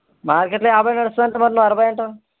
మార్కెట్లో యాభైకు నడుస్తా ఉంటే మరి నువ్వు అరవై అంటావు